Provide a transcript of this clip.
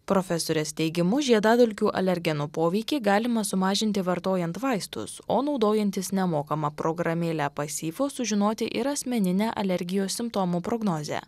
profesorės teigimu žiedadulkių alergenų poveikį galima sumažinti vartojant vaistus o naudojantis nemokama programėle pasyvu sužinoti ir asmeninę alergijos simptomų prognozę